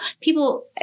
people